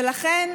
ולכן,